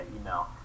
email